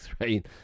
right